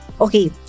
Okay